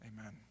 amen